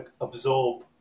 absorb